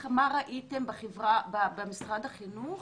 מה ראיתם במשרד החינוך